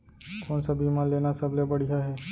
कोन स बीमा लेना सबले बढ़िया हे?